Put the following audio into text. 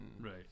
Right